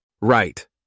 Right